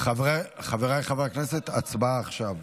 חבריי חברי הכנסת, הצבעה עכשיו.